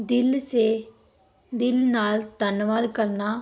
ਦਿਲ ਸੇ ਦਿਲ ਨਾਲ ਧੰਨਵਾਦ ਕਰਨਾ